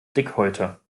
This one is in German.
dickhäuter